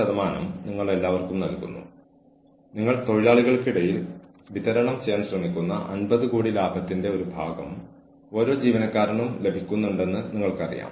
കമ്പനിയിലെ വിവിധ ഗ്രൂപ്പുകൾ ഉൾപ്പെടുന്ന ഒന്നിലധികം അഭിമുഖങ്ങൾ അത് പക്ഷപാതം കുറയ്ക്കും അത് മോശം നിയമന തീരുമാനങ്ങളിലേക്ക് നയിക്കുന്നത് തടയുന്നു